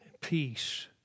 peace